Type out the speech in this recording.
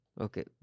okay